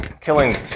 killing